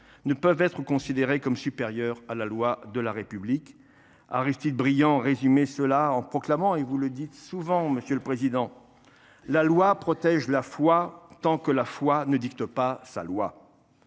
ne peut être considéré comme supérieur à la loi de la République. Aristide Briand résumait cela en proclamant – et vous le rappelez souvent, monsieur le président – que « la loi protège la foi tant que la foi ne dicte pas sa loi ».